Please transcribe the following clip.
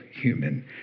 human